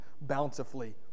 bountifully